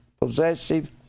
possessive